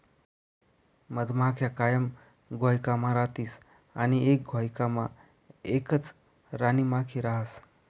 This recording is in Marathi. मधमाख्या कायम घोयकामा रातीस आणि एक घोयकामा एकच राणीमाखी रहास